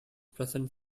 present